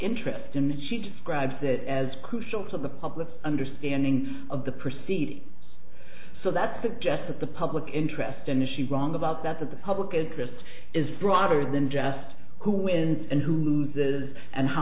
interest and she describes it as crucial to the public's understanding of the proceed so that suggests that the public interest an issue wrong about that that the public interest is broader than just who wins and who loses and how